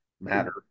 matter